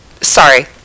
Sorry